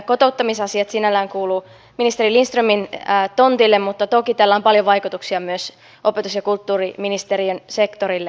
kotouttamisasiat sinällään kuuluvat ministeri lindströmin tontille mutta toki tällä on paljon vaikutuksia myös opetus ja kulttuuriministeriön sektorille